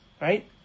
Right